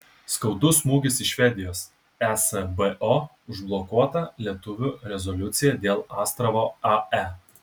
skaudus smūgis iš švedijos esbo užblokuota lietuvių rezoliucija dėl astravo ae